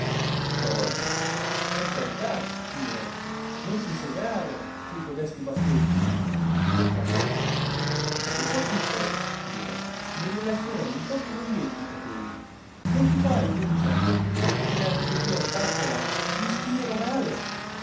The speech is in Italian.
zoe per carità spiro non t'insegare più codesti baffetti carlotta se fossi in te spiro me li lascerei un po più lunghetti i capelli non ti pare iduccia che pettinati così a spazzola gli stieno male